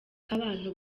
abantu